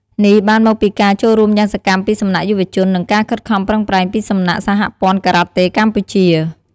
នេះបានមកពីការចូលរួមយ៉ាងសកម្មពីសំណាក់យុវជន និងការខិតខំប្រឹងប្រែងពីសំណាក់ សហព័ន្ធការ៉ាតេកម្ពុជា។